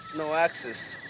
no access.